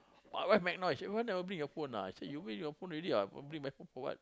my wife make noise say why never bring your phone ah I say you bring your phone already ah I bring my phone for what